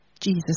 Jesus